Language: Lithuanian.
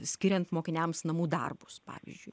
skiriant mokiniams namų darbus pavyzdžiui